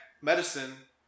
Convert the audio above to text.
medicine